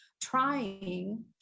trying